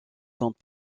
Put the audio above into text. compte